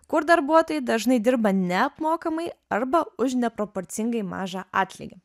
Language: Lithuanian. kur darbuotojai dažnai dirba neapmokamai arba už neproporcingai mažą atlygį